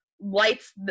Lights